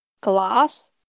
glass